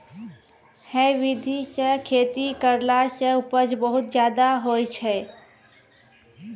है विधि सॅ खेती करला सॅ उपज बहुत ज्यादा होय छै